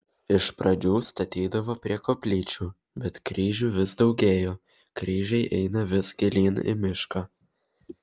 iš pradžių statydavo prie koplyčių bet kryžių vis daugėjo kryžiai eina vis gilyn į mišką